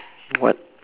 what